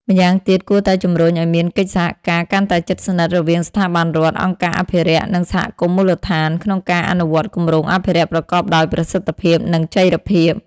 ម្យ៉ាងទៀត គួរតែជំរុញឱ្យមានកិច្ចសហការកាន់តែជិតស្និទ្ធរវាងស្ថាប័នរដ្ឋ អង្គការអភិរក្ស និងសហគមន៍មូលដ្ឋាន ក្នុងការអនុវត្តគម្រោងអភិរក្សប្រកបដោយប្រសិទ្ធភាព និងចីរភាព។